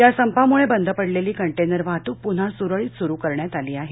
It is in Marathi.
या संपामुळे बंद पडेलेली कंटेनर वाहतूक पुन्हा सुरळित सुरू करण्यात आली आहे